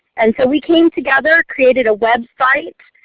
and so, we came together, created website,